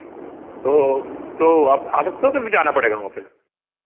तो तो आप आ सकते हो कि मुझे आना पड़ेगा वहाँ पर